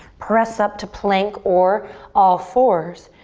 press up to plank or all fours.